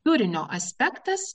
turinio aspektas